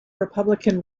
republican